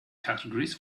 categories